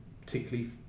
particularly